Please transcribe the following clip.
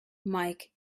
mike